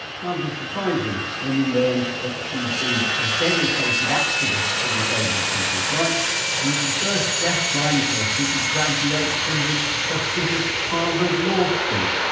hardly surprising when you learn that she's been a dedicated activist for disabled people's rights and is the first deafblind person to graduate from the prestigious harvard law school.